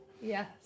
Yes